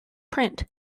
print